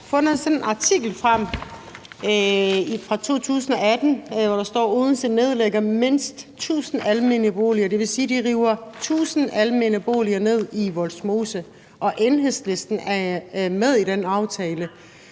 jeg har fundet en artikel frem fra 2018, hvor der står: »Odense nedlægger mindst 1000 almene boliger«. Det vil sige, at de river tusind almene boliger ned i Vollsmose, og Enhedslisten er med i den aftale.